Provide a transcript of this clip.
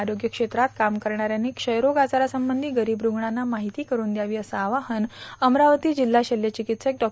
आरोग्य क्षेत्रात काम करणाऱ्यांनी क्षयरोग आजारासंबंधी गरीब रुग्णांना माहिती कठन चावी असं आवाहन अमरावती जिल्हा शल्य चिकित्सक डॉ